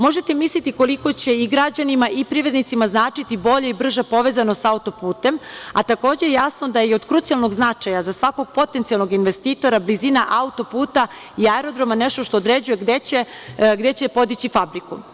Možete misliti koliko će i građanima i privrednicima značiti bolja i brža povezanost sa auto-putem, a takođe je jasno da je od krucijalnog značaja za svakog potencijalnog investitora blizina auto-puta i aerodroma, nešto što određuje gde će podići fabriku.